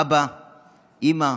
אבא, אימא,